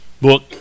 book